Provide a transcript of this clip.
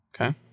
Okay